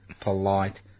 polite